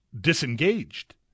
disengaged